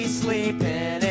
sleeping